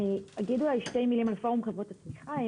אני אגיד אולי שתי מילים על פורום חברות הצמיחה,